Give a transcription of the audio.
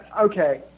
Okay